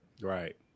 Right